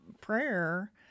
prayer